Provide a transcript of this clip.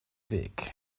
weg